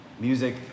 music